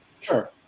Sure